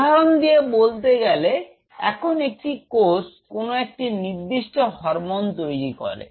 উদাহরণ দিয়ে বলতে গেলে যখন একটি কোষ কোন একটি নির্দিষ্ট হরমোন তৈরি করে